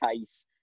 case